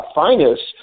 finest